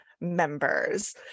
members